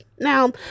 Now